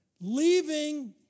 leaving